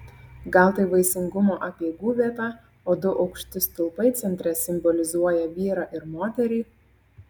gal tai vaisingumo apeigų vieta o du aukšti stulpai centre simbolizuoja vyrą ir moterį